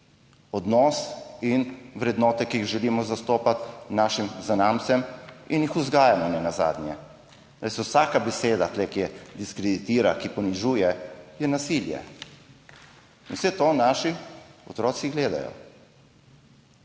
odnos in vrednote, ki jih želimo zastopati našim zanamcem in jih vzgajamo nenazadnje. Veste, vsaka beseda tu, ki diskreditira, ki ponižuje, je nasilje. In vse to naši otroci gledajo.